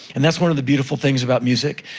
and that's one of the beautiful things about music,